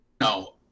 no